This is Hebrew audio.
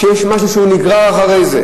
שיש משהו שהוא נגרר אחריו.